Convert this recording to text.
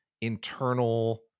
internal